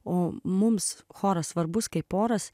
o mums choras svarbus kaip oras